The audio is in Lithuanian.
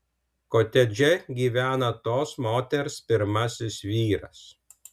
kotedže gyvena tos moters pirmasis vyras